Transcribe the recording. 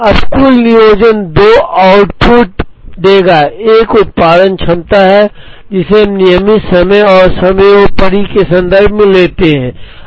अब कुल नियोजन दो आउटपुट देगा एक उत्पादन क्षमता है जिसे हम नियमित समय और समयोपरि के संदर्भ में लेते हैं